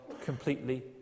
completely